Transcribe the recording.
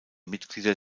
mitglieder